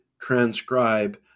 transcribe